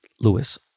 Lewis